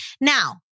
Now